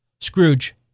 Scrooge